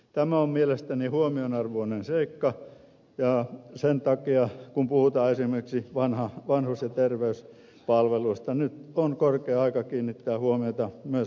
tämä on mielestäni huomionarvoinen seikka ja sen takia kun puhutaan esimerkiksi vanhus ja terveyspalveluista nyt on korkea aika kiinnittää huomiota myös asiasta tiedottamiseen